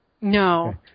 No